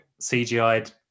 CGI'd